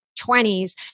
20s